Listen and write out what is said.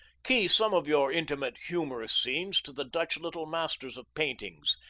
key some of your intimate humorous scenes to the dutch little masters of painting,